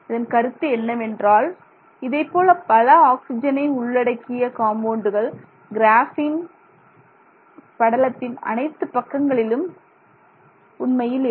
இதன் கருத்து என்னவென்றால் இதைப்போல பல ஆக்சிஜனை உள்ளடக்கிய காம்பவுண்டுகள் கிராபின் படலத்தின் அனைத்து பக்கங்களிலும் உண்மையில் இருக்கும்